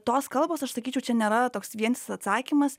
tos kalbos aš sakyčiau čia nėra toks vientisas atsakymas